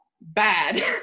bad